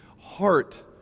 heart